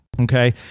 Okay